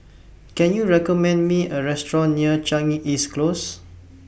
Can YOU recommend Me A Restaurant near Changi East Close